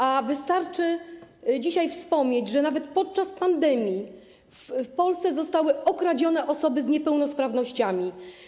A wystarczy dzisiaj wspomnieć, że nawet podczas pandemii w Polsce zostały okradzione osoby z niepełnosprawnościami.